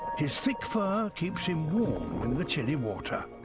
his thick fur keeps him warm in the chilly water.